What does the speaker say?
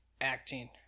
Acting